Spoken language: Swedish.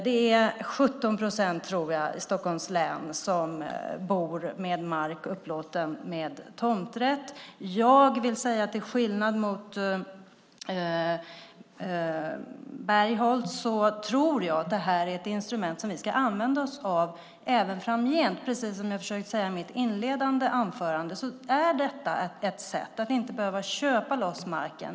Det är 17 procent, tror jag, i Stockholms län som bor med mark upplåten med tomträtt. Till skillnad från Bargholtz tror jag att det här är ett instrument som vi ska använda oss av även framgent, precis som jag försökte säga i mitt inledande anförande. Det är ett sätt att inte behöva köpa loss marken.